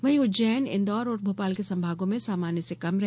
वहीं उज्जैन इंदौर और भोपाल के संभागों में सामान्य से कम रहे